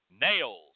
nails